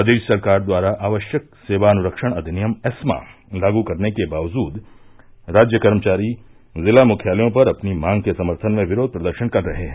प्रदेश सरकार द्वारा आवश्यक सेवा अनुरक्षण अधिनियम ऐस्मा लागू करने के बावजूद राज्य कर्मचारी ज़िला मुख्यालयों पर अपनी मांग के समर्थन में विरोध प्रदर्शन कर रहे हैं